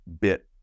bit